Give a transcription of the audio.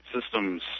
systems –